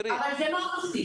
אבל זה --- אני